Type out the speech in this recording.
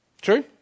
True